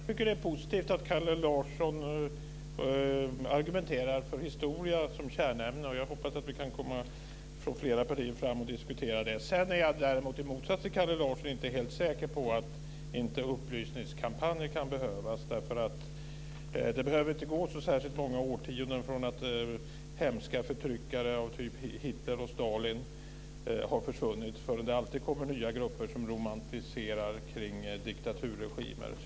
Fru talman! Jag tycker att det är positivt att Kalle Larsson argumenterar för historia som kärnämne, och jag hoppas att vi kan diskutera det längre fram. Jag är däremot i motsats till Kalle Larsson inte helt säker på att upplysningskampanjer inte kan behövas. Det behöver inte gå så särskilt många årtionden efter det att hemska förtryckare av typen Hitler och Stalin har försvunnit förrän det brukar komma nya grupper som romantiserar diktaturregimer.